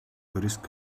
risks